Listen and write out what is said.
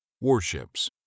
Warships